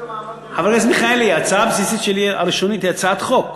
ואז ניתן לה מעמד, הגשתי הצעת חוק,